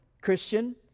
Christian